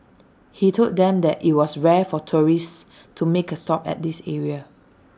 he told them that IT was rare for tourists to make A stop at this area